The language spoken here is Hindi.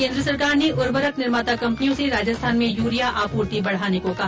केन्द्र सरकार ने उर्वरक निर्माता कंपनियों से राजस्थान में यूरिया आपूर्ति बढ़ाने को कहा